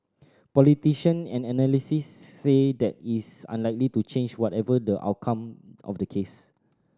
politician and analysts say that is unlikely to change whatever the outcome of the case